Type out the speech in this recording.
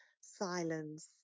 silence